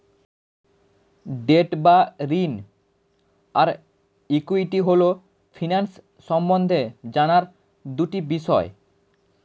date বা ঋণ আর ইক্যুইটি হল ফিন্যান্স সম্বন্ধে জানার দুটি বিষয়